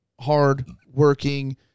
hardworking